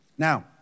Now